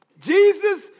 Jesus